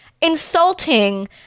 insulting